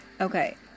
Okay